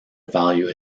value